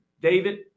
David